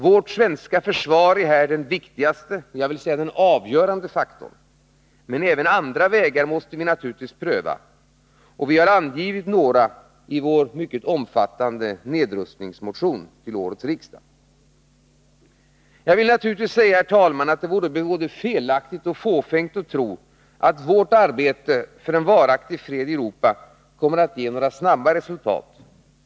Vårt svenska försvar är här den viktigaste, jag vill säga den avgörande faktorn, men även andra vägar måste vi naturligtvis pröva, och vi har angivit några i vår mycket omfattande nedrustningsmotion till årets riksdag. Jag vill naturligtvis säga, herr talman, att det vore både felaktigt och fåfängt att tro att vårt arbete för en varaktig fred i Europa kommer att ge några snara resultat.